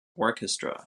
orchestra